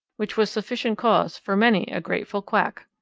which was sufficient cause for many a grateful quack.